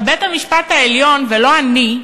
עכשיו, בית-המשפט העליון, ולא אני,